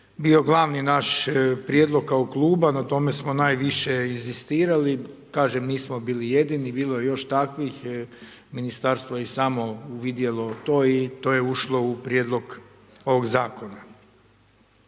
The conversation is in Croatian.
bio glavni naš prijedlog kao kluba, na tome smo najviše inzistirali, kažem, nismo bili jedini, bilo je još takvih. Ministarstvo je i samo uvidjelo to i to je ušlo u prijedlog ovog Zakona.